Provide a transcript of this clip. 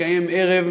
התקיים ערב,